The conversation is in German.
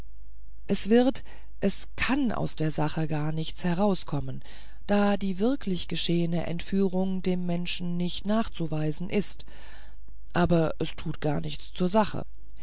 es wird es kann aus der sache gar nichts herauskommen da die wirklich geschehene entführung dem menschen nicht nachzuweisen ist aber das tut gar nichts zur sache